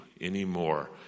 anymore